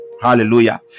hallelujah